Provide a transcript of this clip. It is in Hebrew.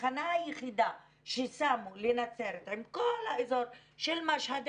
התחנה היחידה ששמו לנצרת עם כל האזור של משהד,